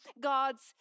God's